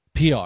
PR